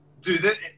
dude